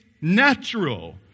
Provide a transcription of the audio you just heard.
natural